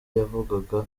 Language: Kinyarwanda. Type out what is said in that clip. yavugaga